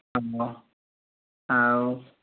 ହଁ ଆଉ